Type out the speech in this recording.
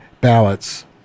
ballots